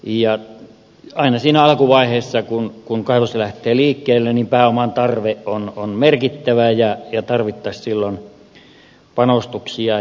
aina siinä alkuvaiheessa kun kaivos lähtee liikkeelle pääoman tarve on merkittävä ja tarvittaisiin panostuksia